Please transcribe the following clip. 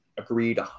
Agreed